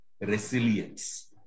resilience